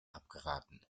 abgeraten